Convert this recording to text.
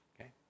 Okay